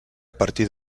partir